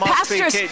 Pastors